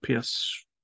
PS